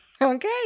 Okay